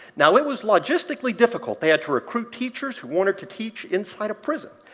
now, it was logistically difficult. they had to recruit teachers who wanted to teach inside a prison,